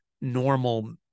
normal